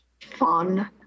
fun